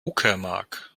uckermark